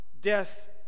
death